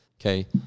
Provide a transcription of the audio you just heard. Okay